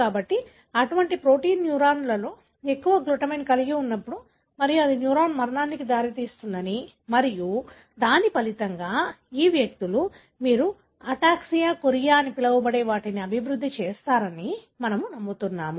కాబట్టి అటువంటి ప్రోటీన్ న్యూరాన్లలో ఎక్కువ గ్లూటామైన్ కలిగి ఉన్నప్పుడు మరియు అది న్యూరాన్ మరణానికి దారితీస్తుందని మరియు దాని ఫలితంగా ఈ వ్యక్తులు మీరు అటాక్సియా కొరియా అని పిలవబడే వాటిని అభివృద్ధి చేశారని మనము నమ్ముతున్నాము